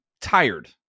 tired